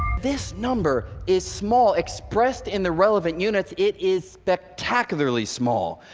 this number is small. expressed in the relevant unit, it is spectacularly small.